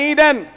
Eden